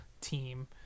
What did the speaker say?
team